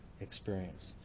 experience